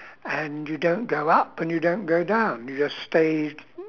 and you don't go up and you don't go down you just stayed